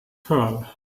pearl